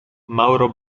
mauro